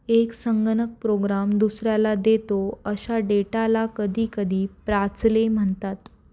एक संगणक प्रोग्राम दुसऱ्याला देतो अशा डेटाला कधीकधी प्राचले म्हणतात